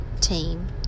team